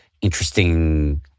interesting